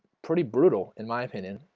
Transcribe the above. pretty brutal in my opinion.